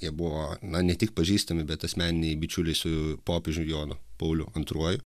jie buvo na ne tik pažįstami bet asmeniniai bičiuliai su popiežium jonu pauliu antruoju